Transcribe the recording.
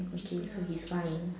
okay so he's fine